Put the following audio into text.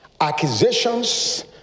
accusations